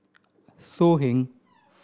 So Heng